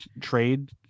trade